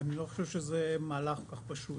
אני לא חושב שזה מהלך כל כך פשוט.